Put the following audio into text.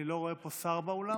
אני לא רואה פה שר באולם?